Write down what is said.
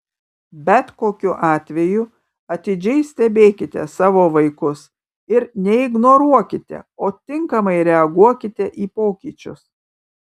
bet kokiu atveju atidžiai stebėkite savo vaikus ir neignoruokite o tinkamai reaguokite į pokyčius